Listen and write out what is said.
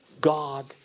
God